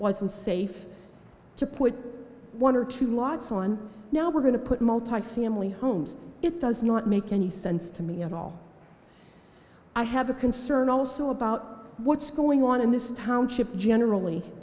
unsafe to put one or two lots on now we're going to put multifamily homes it does not make any sense to me at all i have a concern also about what's going on in this township generally